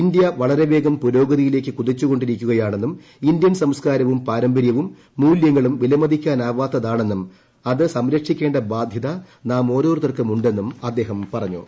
India വളരെ വേഗം പുരോഗതിയിലേയ്ക്ക് കുതിച്ചുകൊണ്ടിരിക്കുകയാണെന്നും ഇന്ത്യൻ സംസ്കാരവും പാരമ്പര്യവും മൂല്യങ്ങളും വിലമതിക്കാനാവാത്തതാണെന്നും അത് സംരക്ഷിക്കേണ്ട ബാധൃത നാം ഓരോരുത്തർക്കും ഉണ്ടെന്നും അദ്ദേഹം പറഞ്ഞു